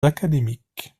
académiques